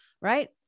right